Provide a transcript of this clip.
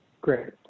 Great